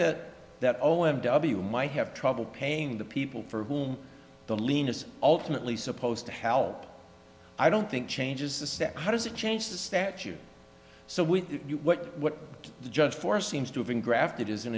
that that o m w might have trouble paying the people for whom the lien is ultimately supposed to help i don't think changes the sec how does it change the statute so when you what what the judge for seems to have been grafted is a